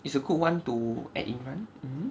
it's a good one to and in one